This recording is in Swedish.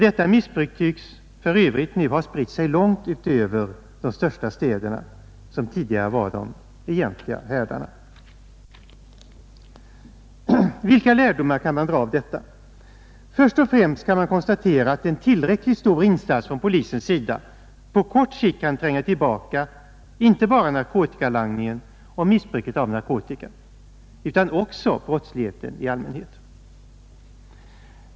Detta missbruk tycks för övrigt nu ha spritt sig långt utöver de största städerna, som tidigare var de egentliga härdarna. Först och främst kan man konstatera att en tillräckligt stor insats från polisens sida på kort sikt kan tränga tillbaka inte bara narkotikalangningen och missbruket av narkotika utan också brottsligheten i allmänhet.